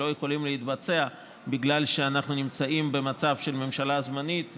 יכולות להתבצע בגלל שאנחנו נמצאים במצב של ממשלה זמנית,